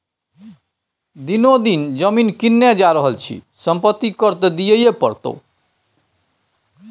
दिनो दिन जमीन किनने जा रहल छी संपत्ति कर त दिअइये पड़तौ